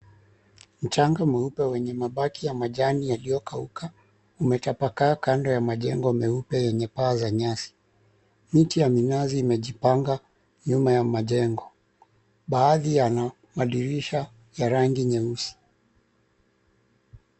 Mchanga mweupe wenye mabaki ya majani iliyokauka umetapakaa kando ya majengo meupe yenye paa za nyasi. Miti ya minazi imejipanga nyuma ya majengo. Baadhi yana madirisha ya rangi nyeusi.